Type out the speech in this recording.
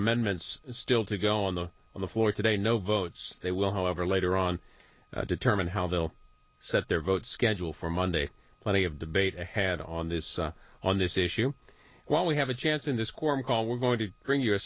amendments still to go on the on the floor today no votes they will however later on determine how they will set their vote schedule for monday plenty of debate ahead on this on this issue while we have a chance in this warm call we're going to bring you